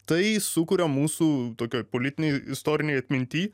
tai sukuria mūsų tokioj politinėj istorinėj atminty